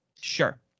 Sure